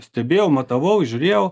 stebėjau matavau žiūrėjau